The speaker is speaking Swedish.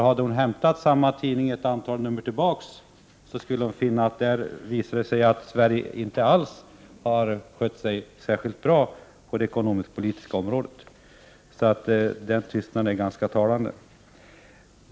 Hade hon gått tillbaka ett antal nummer och hämtat material ur samma tidning, skulle hon ha funnit att Sverige inte alls har skött sig särskilt bra på det ekonomisk-politiska området. Anna-Greta Leijons tystnad på denna punkt är ganska talande.